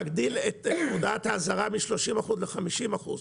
להגדיל את מודעת האזהרה מ-30% ל-50%.